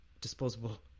disposable